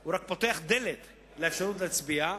הוא רק פותח דלת לאפשרות להצביע,